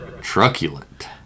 Truculent